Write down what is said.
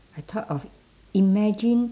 I thought of imagine